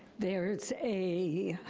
there it's a,